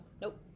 Nope